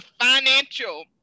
financial